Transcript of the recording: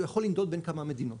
הוא יכול לנדוד בין כמה מדינות.